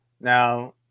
Now